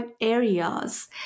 areas